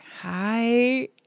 hi